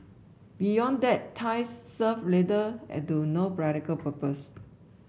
beyond that ties serve little to no practical purpose